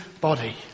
body